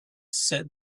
said